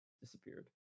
disappeared